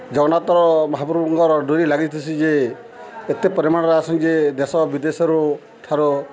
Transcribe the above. ଜଗନ୍ନାଥ୍ର ମହାପୁରୁଙ୍କର ଡ଼ୋରି ଲାଗିଥିସି ଯେ ଏତେ ପରିମାଣ୍ରେ ଆଏସୁଁ ଯେ ଦେଶ ବିଦେଶରୁ ଠାରୁ